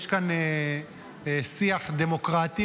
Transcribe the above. יש כאן שיח דמוקרטי.